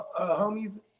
homies